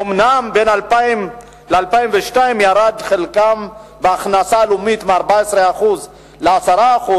אומנם בין 2000 ל-2002 ירד חלקם בהכנסה הלאומית מ-14% ל-10%,